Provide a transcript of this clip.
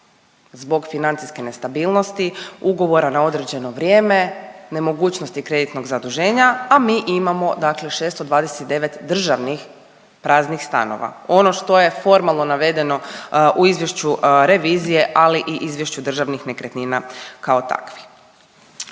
zbog financijske nestabilnosti, ugovora na određeno vrijeme, nemogućnosti kreditnog zaduženja, a mi imamo dakle 629 državnih praznih stanova. Ono što je formalno navedeno u izvješću revizije ali i izvješću Državnih nekretnina kao takvih.